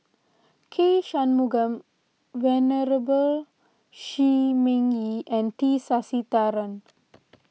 K Shanmugam Venerable Shi Ming Yi and T Sasitharan